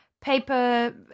Paper